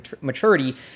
maturity